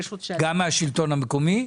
גם מהשלטון המקומי?